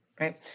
right